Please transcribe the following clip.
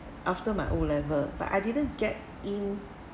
after my O level but I didn't get in